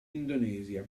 indonesia